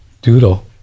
Doodle